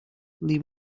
leave